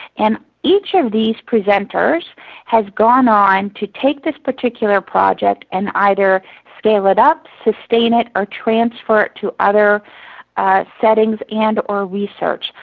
and each of these presenters has gone on to take this particular project and either scale it up, sustain it, or transfer it to other settings and or research.